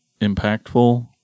impactful